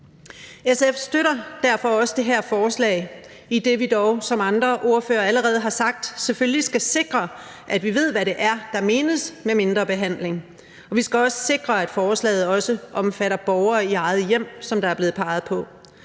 SF støtter derfor også det her forslag, idet vi dog, som andre ordførere allerede har sagt, selvfølgelig skal sikre, at vi ved, hvad det er, der menes med mindre behandling, og vi skal også sikre, at forslaget også omfatter borgere i eget hjem, som der er blevet peget på.